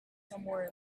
somewhere